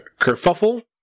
kerfuffle